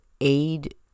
aid